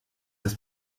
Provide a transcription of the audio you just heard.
das